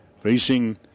Facing